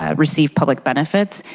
ah receive public benefits.